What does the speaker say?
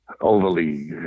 overly